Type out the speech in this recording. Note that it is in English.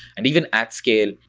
and even at scale,